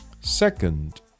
Second